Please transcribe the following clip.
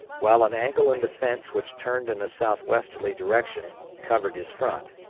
while an angle in the fence which turned in a southwesterly direction covered his front.